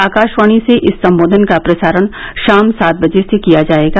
आकाशवाणी से इस संबोधन का प्रसारण शाम सात बजे से किया जायेगा